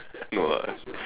no ah